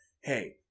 hey